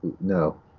No